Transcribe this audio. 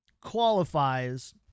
qualifies